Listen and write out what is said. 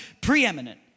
preeminent